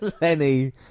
Lenny